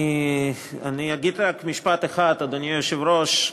אני אגיד רק משפט אחד, אדוני היושב-ראש.